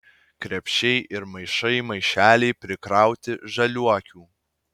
krepšiai ir maišai maišeliai prikrauti žaliuokių